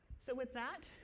so with that,